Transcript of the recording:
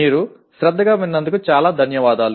మీరు శ్రద్దగా విన్నందుకు చాలా ధన్యవాదాలు